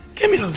give me